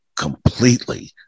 completely